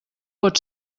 pot